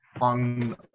on